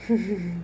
mm